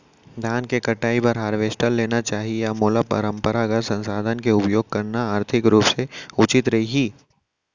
धान के कटाई बर हारवेस्टर लेना चाही या मोला परम्परागत संसाधन के उपयोग करना आर्थिक रूप से उचित रही?